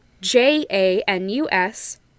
J-A-N-U-S